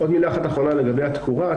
עוד מילה אחת אחרונה לגבי התקורה.